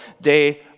day